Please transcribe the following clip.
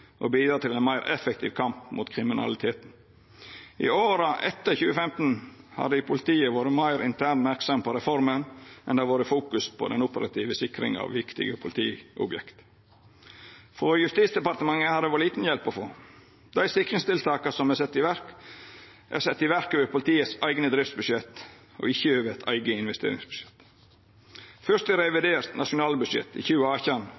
og bidra til ein meir effektiv kamp mot kriminaliteten. I åra etter 2015 har det i politiet vore meir intern merksemd på reforma enn det har vore fokus på den operative sikringa av viktige politiobjekt. Frå Justisdepartementet har det vore lite hjelp å få. Dei sikringstiltaka som er sette i verk, er sette i verk over politiets eigne driftsbudsjett og ikkje over eit eige investeringsbudsjett. Fyrst i revidert nasjonalbudsjett i 2018